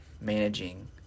managing